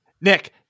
Nick